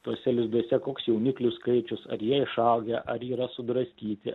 tuose lizduose koks jauniklių skaičius ar jie išaugę ar yra sudraskyti